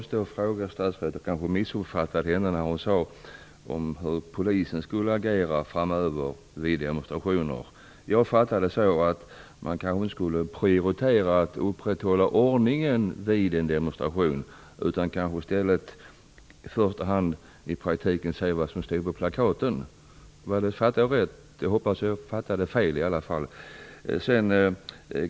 Herr talman! Jag kanske missuppfattade det statsrådet sa om hur polisen skall agera vid demonstrationer. Jag uppfattade att man kanske inte skall prioritera att ordningen upprätthålls vid en demonstration utan i första hand se vad som i praktiken står på plakaten. Förstod jag rätt? Jag hoppas i alla fall att jag förstod fel.